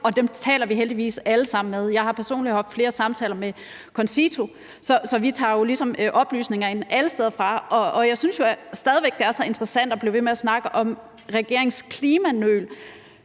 og dem taler vi heldigvis alle sammen med. Jeg har personligt haft flere samtaler med Concito, så vi tager jo ligesom oplysninger ind alle steder fra. Jeg synes stadig væk, at det også er interessant, at man bliver ved med at snakke om regeringens klimanøl